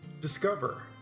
Discover